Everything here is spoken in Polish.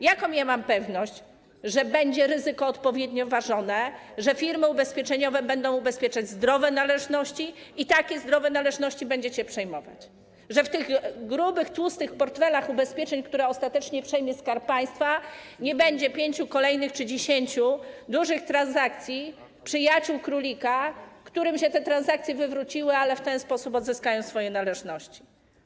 Jaką ja mam pewność, że ryzyko będzie odpowiednio ważone, że firmy ubezpieczeniowe będą ubezpieczać zdrowe należności i takie zdrowe należności będziecie przejmować, że w tych grubych, tłustych portfelach ubezpieczeń, które ostatecznie przejmie Skarb Państwa, nie będzie kolejnych pięciu czy dziesięciu dużych transakcji przyjaciół królika, w przypadku których się te transakcje wywróciły, ale w ten sposób odzyskają swoje należności?